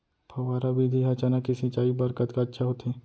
फव्वारा विधि ह चना के सिंचाई बर कतका अच्छा होथे?